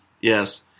Yes